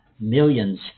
millions